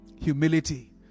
Humility